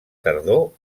tardor